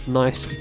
nice